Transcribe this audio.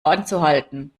anzuhalten